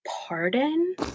Pardon